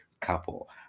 couple